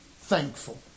thankful